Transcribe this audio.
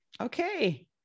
okay